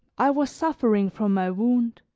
i was suffering from my wound.